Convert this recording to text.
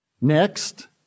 Next